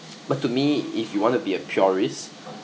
but to me if you want to be a purist